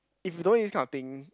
if you don't use this kind of thing